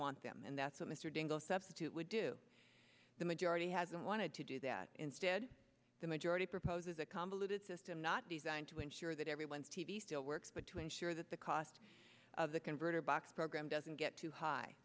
want them and that's what mr dingell substitute would do the majority hasn't wanted to do that instead the majority proposes a convoluted system not designed to ensure that everyone's t v still works but to ensure that the cost of the converter box program doesn't get too high